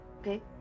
Okay